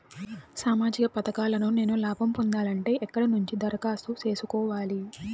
సామాజిక పథకాలను నేను లాభం పొందాలంటే ఎక్కడ నుంచి దరఖాస్తు సేసుకోవాలి?